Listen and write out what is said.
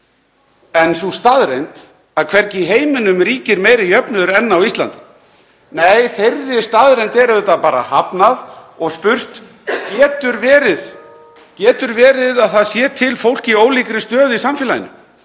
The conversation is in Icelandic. en sú staðreynd að hvergi í heiminum ríkir meiri jöfnuður en á Íslandi? Nei, þeirri staðreynd er auðvitað bara hafnað og spurt: Getur verið að það sé til fólk í ólíkri stöðu í samfélaginu?